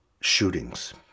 shootings